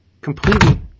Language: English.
completely